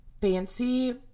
fancy